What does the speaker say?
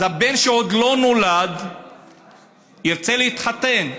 אז הבן שעוד לא נולד ירצה להתחתן,